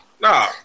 nah